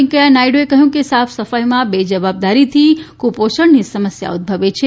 વૈકેયા નાયડુએ કહ્યું છે કે સાફસફાઈમાં બેજવાબદારીથી કુપોષણની સમસ્યા ઉદભવે છે